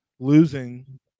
losing